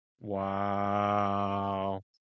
Wow